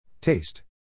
Taste